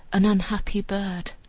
an unhappy bird.